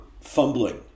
fumbling